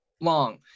long